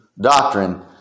doctrine